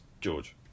George